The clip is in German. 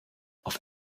auf